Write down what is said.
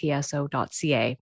tso.ca